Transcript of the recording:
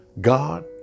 God